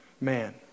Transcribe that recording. man